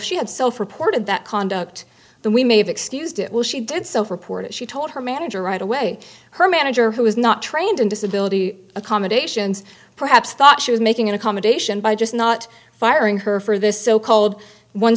reported that conduct the we may have excused it will she did so for port she told her manager right away her manager who was not trained in disability accommodations perhaps thought she was making an accommodation by just not firing her for this so called one